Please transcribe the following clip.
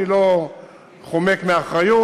אני לא חומק מאחריות.